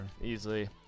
Easily